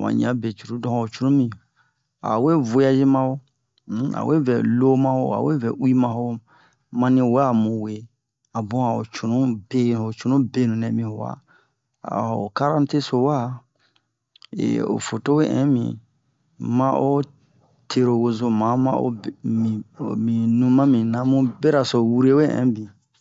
mu ɲa be cruru don ho cunu mi a'o we vohaze ma ho a we vɛ lo ma ho a we vɛ uwi ma ho mani wa muwe a bun a'o cunu benu ho cunu benu nɛ mi ho wa a ho karante so wa o foto we in min ma'o tero-wozoma ma'o bi mi omi nu mami na mu beraso wure we in bin